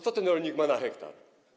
Co ten rolnik ma na hektar?